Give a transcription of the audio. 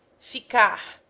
ficar,